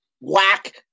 whack